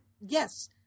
Yes